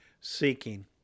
seeking